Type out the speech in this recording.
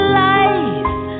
life